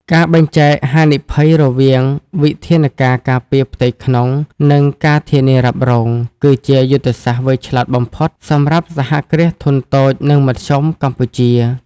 ការបែងចែកហានិភ័យរវាងវិធានការការពារផ្ទៃក្នុង និង ការធានារ៉ាប់រង គឺជាយុទ្ធសាស្ត្រវៃឆ្លាតបំផុតសម្រាប់ សហគ្រាសធុនតូច និងមធ្យម កម្ពុជា។